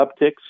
upticks